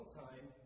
time